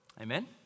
Amen